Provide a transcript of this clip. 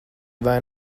vai